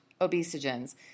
obesogens